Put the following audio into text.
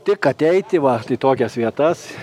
tik ateiti va į tokias vietas